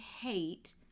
hate